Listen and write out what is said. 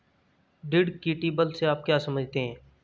Deductible से आप क्या समझते हैं?